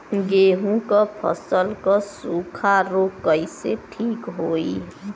गेहूँक फसल क सूखा ऱोग कईसे ठीक होई?